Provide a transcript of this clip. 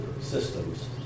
systems